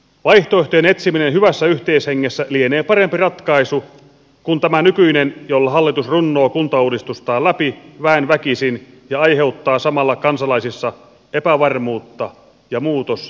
vaihtoehtojen etsiminen hyvässä yhteishengessä lienee parempi ratkaisu kuin tämä nykyinen jolla hallitus runnoo kuntauudistustaan läpi väen väkisin ja aiheuttaa samalla kansalaisissa epävarmuutta ja muutosvastarintaa